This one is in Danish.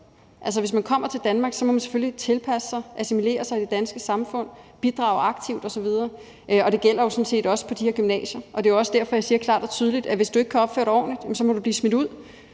hvis man kommer til Danmark, må man selvfølgelig tilpasse sig og assimilere sig i det danske samfund, bidrage aktivt osv., og det gælder jo sådan set også på de her gymnasier. Det er også derfor, jeg siger klart og tydeligt, at hvis du ikke kan opføre dig ordentligt, må du blive smidt ud.